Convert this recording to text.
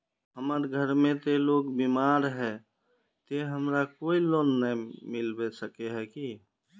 हमर घर में ते लोग बीमार है ते हमरा कोई लोन नय मिलबे सके है की?